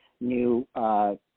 new